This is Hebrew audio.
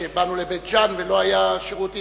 שבאנו לבית-ג'ן ולא היה שירות אינטרנט,